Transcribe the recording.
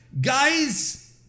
Guys